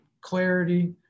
clarity